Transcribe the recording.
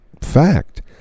fact